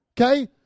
Okay